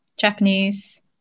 Japanese